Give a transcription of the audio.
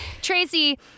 Tracy